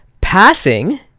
passing